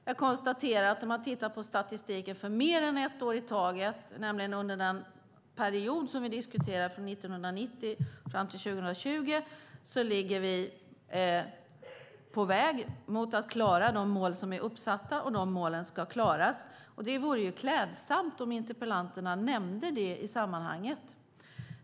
Jag konstaterar att om man tittar på statistiken för mer än ett år i taget, nämligen under den period som vi diskuterar, från 1990 fram till 2020, så är vi på väg mot att klara de mål som är uppsatta, och de målen ska klaras. Det vore klädsamt om interpellanterna nämnde det i sammanhanget.